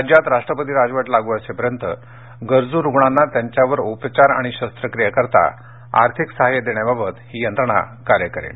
राज्यात राष्ट्रपती राजवट लागू असेपर्यंत गरजू रुग्णांना त्यांच्या उपचार आणि शस्त्रक्रियेकरिता आर्थिक सहाय्य देण्यावावत ही यंत्रणा कार्य करेल